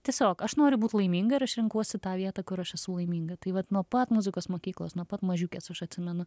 tiesiog aš noriu būt laiminga ir aš renkuosi tą vietą kur aš esu laiminga tai vat nuo pat muzikos mokyklos nuo pat mažiukės aš atsimenu